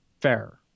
Fair